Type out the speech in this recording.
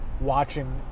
Watching